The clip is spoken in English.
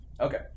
Okay